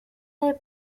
del